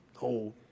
old